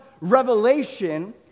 revelation